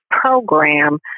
program